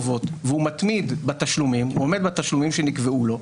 החובות והוא מתמיד בתשלומים ועומד בתשלומים שנקבעו לו,